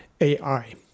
AI